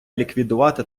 ліквідувати